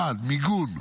1. מיגון,